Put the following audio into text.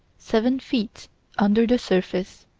seven feet under the surface.